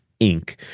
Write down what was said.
Inc